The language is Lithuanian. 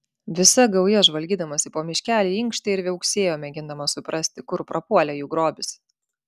visa gauja žvalgydamasi po miškelį inkštė ir viauksėjo mėgindama suprasti kur prapuolė jų grobis